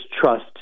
trust